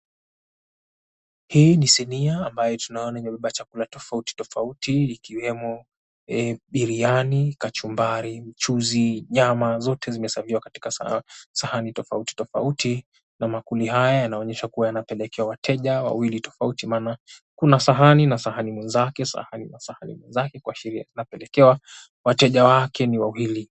Hii ni sinia ambayo tunaona imebeba chakula tofauti tofauti, ikiwemo biriani, kachumbari, mchuzi, nyama. Zote zimehesaviwa katika sahani tofauti tofauti. Na maakuli haya, yanaonyesha kuwa yanapelekewa wateja wawili tofauti. Maana, kuna sahani na sahani mwenzake, kuashiria zinapelekewa wateja wake ni wawili.